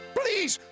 please